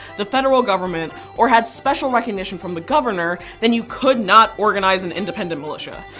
the federal government, or had special recognition from the governor, then you could not organize an independent militia.